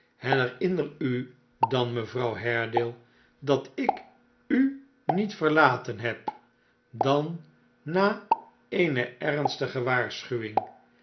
herinner u dan mejuffer haredale dat ik u niet verlaten heb dan na eene ernstige waarschuwing